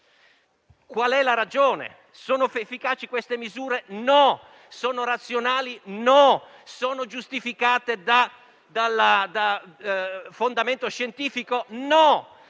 Qual è la ragione? Sono efficaci le misure adottate? No. Sono razionali? No. Sono giustificate da un fondamento scientifico? No.